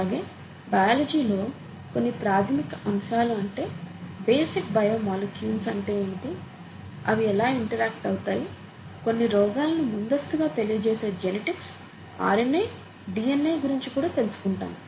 అలాగే బయాలజీ లో కొన్ని ప్రాథమిక అంశాలు అంటే బేసిక్ బయో మొలిక్యూల్స్ అంటే ఏమిటి అవి ఎలా ఇంటరాక్ట్ అవుతాయి కొన్ని రోగాలను ముందస్తుగా తెలియజేసే జెనెటిక్స్ ఆర్ఎన్ఏ డిఎన్ఏ గురించి కూడా తెలుసుకుంటాము